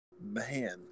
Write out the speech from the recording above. man